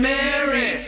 Mary